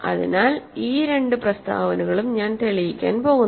അതിനാൽ ഈ രണ്ട് പ്രസ്താവനകളും ഞാൻ തെളിയിക്കാൻ പോകുന്നു